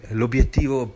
l'obiettivo